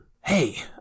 Hey